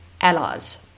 allies